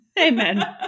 Amen